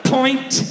Point